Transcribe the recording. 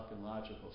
logical